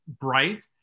bright